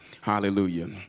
hallelujah